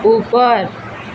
ऊपर